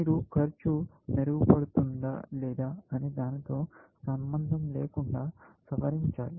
మీరు ఖర్చు మెరుగుపడుతుందా లేదా అనే దానితో సంబంధం లేకుండా సవరించాలి